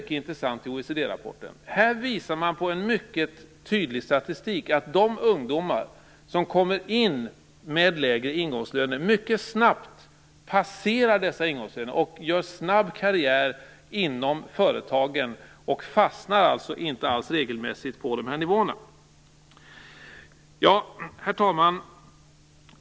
En intressant sak i OECD-rapporten är en mycket tydlig statistik som visar på att de ungdomar som kommer in med lägre ingångslöner mycket snabbt passerar dessa löner och gör snabb karriär inom företagen. De fastnar alltså inte alls regelmässigt på dessa nivåer. Herr talman!